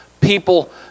People